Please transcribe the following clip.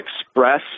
express